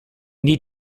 need